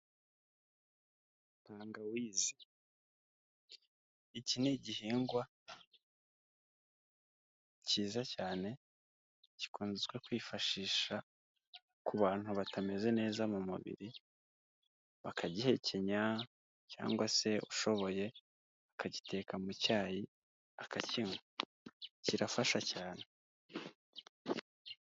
Tangawizi, iki ni igihingwa kiza cyane gikunzwe kwifashisha ku bantu batameze neza mu mubiri, bakagihekenya cyangwa se ushoboye akagiteka mu cyayi akakiywa, kirafasha cyane.